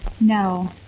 No